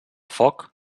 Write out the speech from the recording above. foc